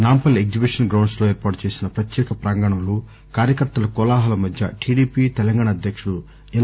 Nampally exhibition గ్రౌండ్స్లో ఏర్పాటు చేసిన ప్రత్యేక ప్రాంగణంలో కార్యకర్తల కోలాహలం మధ్య టిడిపి తెలంగాణ అధ్యక్షుడు ఎల్